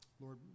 Lord